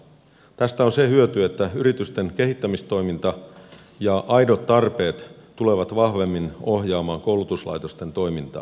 tästä on se hyöty että yritysten kehittämistoiminta ja aidot tarpeet tulevat vahvemmin ohjaamaan koulutuslaitosten toimintaa